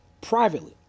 privately